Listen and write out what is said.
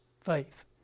faith